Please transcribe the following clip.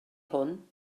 hwn